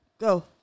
Go